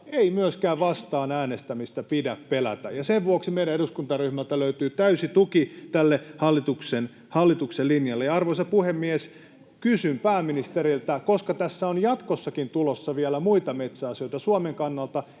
ei myöskään vastaan äänestämistä pidä pelätä, ja sen vuoksi meidän eduskuntaryhmältä löytyy täysi tuki tälle hallituksen linjalle. Arvoisa puhemies! Kysyn pääministeriltä, koska tässä on jatkossakin tulossa vielä muita metsäasioita, Suomen kannalta